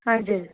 हजुर